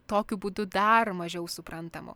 tokiu būdu dar mažiau suprantamo